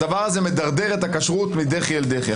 הדבר הזה מדרדר את הכשרות מדחי אל דחי.